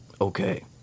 Okay